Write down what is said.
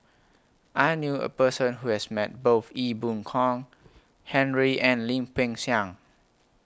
I knew A Person Who has Met Both Ee Boon Kong Henry and Lim Peng Siang